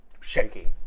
Shaky